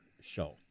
show